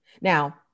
Now